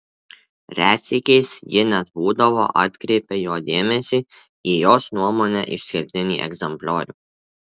retsykiais ji net būdavo atkreipia jo dėmesį į jos nuomone išskirtinį egzempliorių